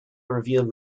reveal